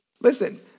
listen